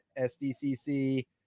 SDCC